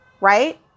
right